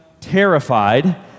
terrified